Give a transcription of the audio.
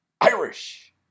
Irish